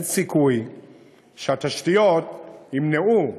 אין סיכוי שהתשתיות ימנעו,